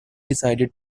decided